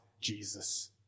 Jesus